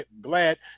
glad